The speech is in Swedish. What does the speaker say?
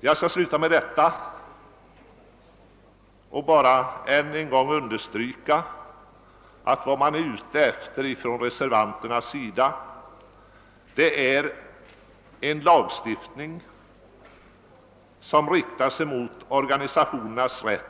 Jag skall sluta med detta och bara än en gång understryka att vad reservanterna är ute efter är en lagstiftning som riktar sig mot de fackliga organisationernas rätt